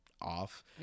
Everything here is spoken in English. off